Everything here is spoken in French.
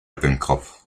pencroff